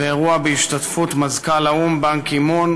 באירוע בהשתתפות מזכ"ל האו"ם באן קי-מון